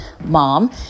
mom